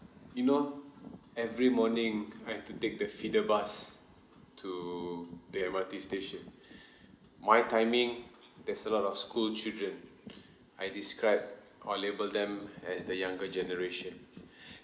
you know every morning I have to take the feeder bus to the M_R_T station my timing there's a lot of school children I describe or label them as the younger generation